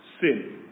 sin